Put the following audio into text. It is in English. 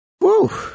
Woo